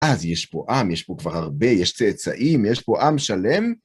אז יש פה עם, יש פה כבר הרבה, יש צאצאים, יש פה עם שלם.